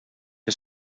que